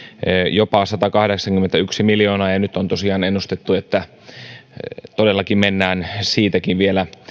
jopa satakahdeksankymmentäyksi miljoonaa ja ja nyt on tosiaan ennustettu että mennään siitäkin vielä